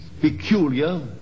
peculiar